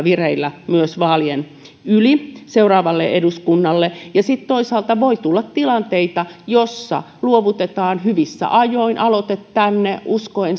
vireillä myös vaalien yli seuraavalle eduskunnalle ja sitten toisaalta voi tulla tilanteita joissa luovutetaan hyvissä ajoin aloite tänne uskoen